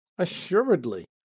Assuredly